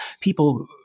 people